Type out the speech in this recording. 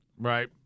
Right